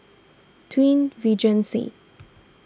Twin Regency